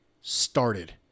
started